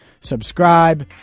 Subscribe